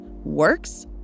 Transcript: works